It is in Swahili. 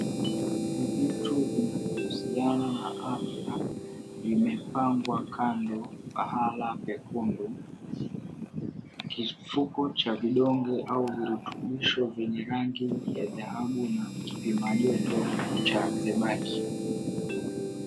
Vitu vinavyohusiana na afya vimepangwa kando pahala pekundu, kifuko cha vidonge au virutubisho vyenye rangi ya dhahabu na kipima joto cha zebaki.